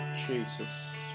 Jesus